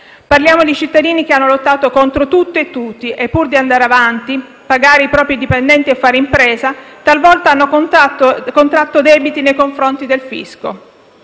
Parliamo di cittadini che hanno lottato contro tutto e tutti e che, pur di andare avanti, pagare i propri dipendenti e fare impresa, talvolta hanno contratto debiti nei confronti del fisco.